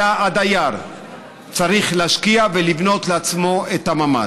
אלא הדייר צריך להשקיע ולבנות לעצמו את הממ"ד.